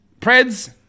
Preds